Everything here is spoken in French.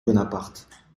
bonaparte